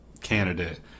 candidate